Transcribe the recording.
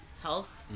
health